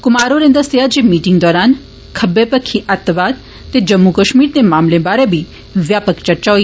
कुमार होरें दस्सेआ जे मीटिंग दौरान खब्बे पक्खी अत्तवाद ते जम्मू कश्मीर दे मामले बारै बी व्यापक चर्चा होई